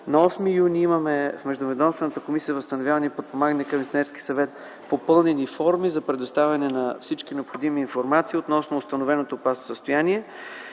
На 8 юни т.г. имаме от Междуведомствената комисия за възстановяване и подпомагане към Министерския съвет попълнени форми за предоставяне на всичката необходима информация относно установеното състояние